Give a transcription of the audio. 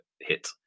hit